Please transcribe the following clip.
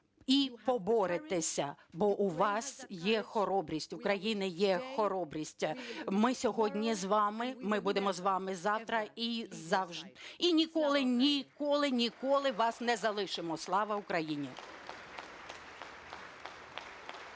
– поборете" бо у вас є хоробрість, в Україні є хоробрість. Ми сьогодні з вами, ми будемо з вами завтра і ніколи-ніколи-ніколи вас не залишимо. Слава Україні!